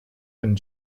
and